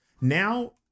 Now